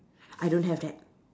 I don't have that